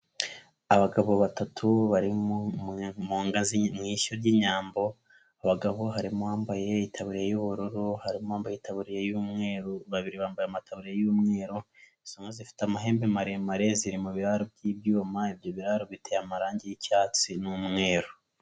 Abagabo batatu bari mu ishyo ry'inyambo. Mu bagabo harimo uwambaye itaburiya y'ubururu, harimo uwambaye itabiriya y'umweru, babiri bambaye amataburiya y'umweru. Izo nka zifite amahembe maremare ziri mu biraro by'ibyuma. Ibyo biraro biteye amarangi y'icyatsi n'umweru.